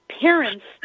parents